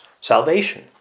salvation